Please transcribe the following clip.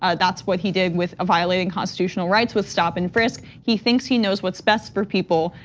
ah that's what he did with violating constitutional rights with stop-and-frisk. he thinks he knows what's best for people.